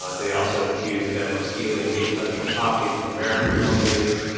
ah they also accused them of stealing intellectual property from american companies.